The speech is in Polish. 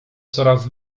coraz